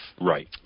Right